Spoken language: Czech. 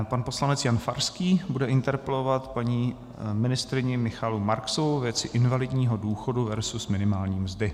Pan poslanec Jan Farský bude interpelovat paní ministryni Michaelu Marksovou ve věci invalidního důchodu versus minimální mzdy.